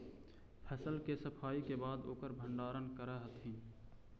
फसल के सफाई के बाद ओकर भण्डारण करऽ हथिन